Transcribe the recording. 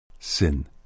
Sin